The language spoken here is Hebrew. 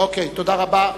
תודה רבה.